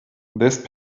this